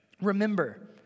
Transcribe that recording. Remember